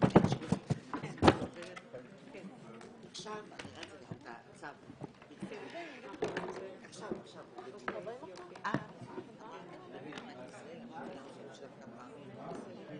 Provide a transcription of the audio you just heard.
הישיבה ננעלה בשעה 12:00.